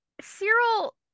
Cyril